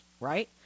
right